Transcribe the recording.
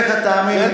למה אין כסף?